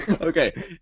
Okay